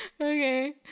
Okay